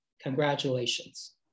congratulations